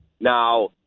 Now